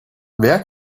wer